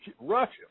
Russia